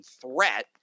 threat